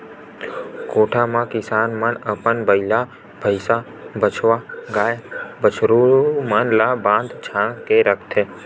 कोठा म किसान मन अपन बइला, भइसा, बछवा, गाय, बछरू मन ल बांध छांद के रखथे